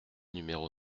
numéro